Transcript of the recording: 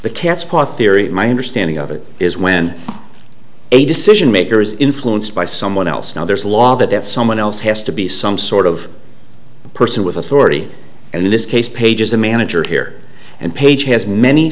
the cat's paw theory my understanding of it is when a decision maker is influenced by someone else now there's a law that someone else has to be some sort of person with authority and in this case pages the manager here and page has many